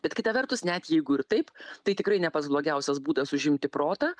bet kita vertus net jeigu ir taip tai tikrai ne pats blogiausias būdas užimti protą